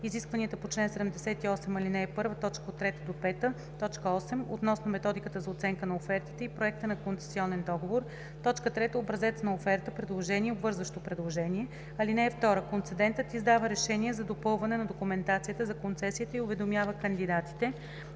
изискванията по чл. 78, ал. 1, т. 3-5, т. 8 относно методиката за оценка на офертите и проекта на концесионен договор; 3. образец на оферта (предложение и обвързващо предложение). (2) Концедентът издава решение за допълване на документацията за концесията и уведомява кандидатите